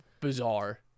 bizarre